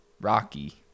Rocky